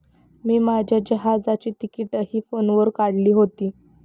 मी माझ्या जहाजाची तिकिटंही फोनवर काढली होती